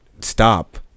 Stop